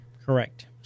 Correct